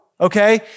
okay